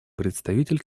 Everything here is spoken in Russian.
представитель